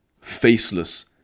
faceless